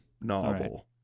novel